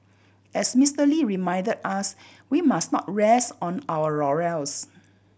as Mister Lee reminded us we must not rest on our laurels